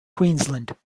queensland